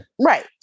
Right